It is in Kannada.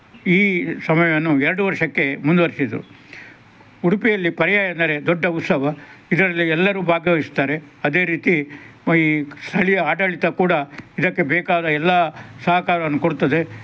ಈ ಸಮಯವನ್ನು ಎರಡು ವರ್ಷಕ್ಕೆ ಮುಂದುವರೆಸಿದ್ರು ಉಡುಪಿಯಲ್ಲಿ ಪರ್ಯಾಯ ಅಂದರೆ ದೊಡ್ಡ ಉತ್ಸವ ಇದರಲ್ಲಿ ಎಲ್ಲರೂ ಭಾಗವಹಿಸ್ತಾರೆ ಅದೇ ರೀತಿ ಈ ಸ್ಥಳೀಯ ಆಡಳಿತ ಕೂಡ ಇದಕ್ಕೆ ಬೇಕಾದ ಎಲ್ಲ ಸಹಕಾರವನ್ನು ಕೊಡುತ್ತದೆ